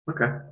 Okay